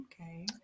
Okay